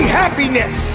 happiness